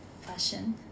fashion